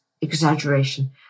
exaggeration